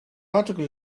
article